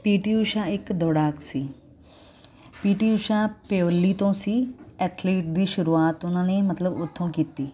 PT Usha ਇੱਕ ਦੌੜਾਕ ਸੀ ਪੀਟੀ ਊਸ਼ਾ ਪਿਓਲੀ ਤੋਂ ਸੀ ਐਥਲੀਟ ਦੀ ਸ਼ੁਰੂਆਤ ਉਹਨਾਂ ਨੇ ਮਤਲਬ ਉੱਥੋਂ ਕੀਤੀ